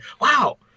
wow